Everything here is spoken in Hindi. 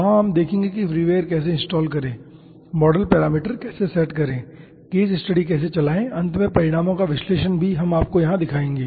वहां हम देखेंगे कि फ्रीवेयर कैसे इनस्टॉल करें मॉडल पैरामीटर कैसे सेट करें केस स्टडी कैसे चलाएं और अंत में परिणामों का विश्लेषण भी हम आपको यहां दिखाएंगे